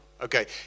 okay